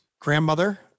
grandmother